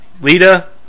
Lita